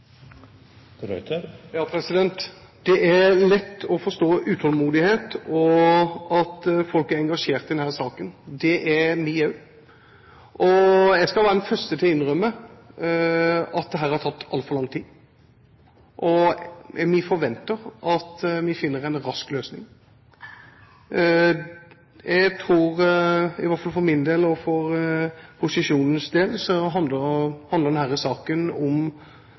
lett å forstå utålmodigheten, og at folk er engasjerte i denne saken. Det er vi også. Jeg skal være den første til å innrømme at dette har tatt altfor lang tid. Vi forventer at vi finner en løsning raskt. Jeg tror i hvert fall for min del og for posisjonens del at denne saken handler